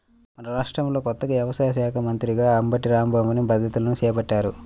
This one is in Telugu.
మన రాష్ట్రంలో కొత్తగా వ్యవసాయ శాఖా మంత్రిగా అంబటి రాంబాబుని బాధ్యతలను చేపట్టారు